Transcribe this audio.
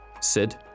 Sid